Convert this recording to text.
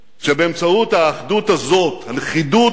שבאמצעות האחדות הזאת, הלכידות הזאת,